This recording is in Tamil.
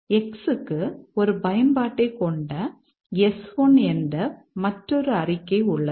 X க்கு ஒரு பயன்பாட்டைக் கொண்ட S1 என்ற மற்றொரு அறிக்கை உள்ளது